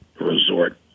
resort